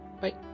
Bye